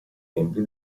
membri